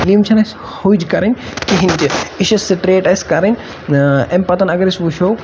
limb چھنہٕ اَسہِ حٔج کَرٕنۍ کِہیٖنۍ تہِ یہِ چھِ سٹریٹ اَسہِ کَرٕنۍ امہِ پَتَن اَگَر أسۍ وٕچھو